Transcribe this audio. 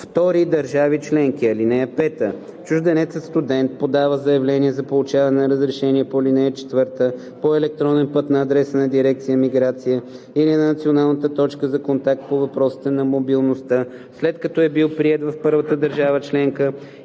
втори държави членки. (5) Чужденецът студент подава заявление за получаване на разрешение по ал. 4 по електронен път на адреса на дирекция „Миграция“ или на националната точка за контакт по въпросите на мобилността, след като е бил приет в първата държава членка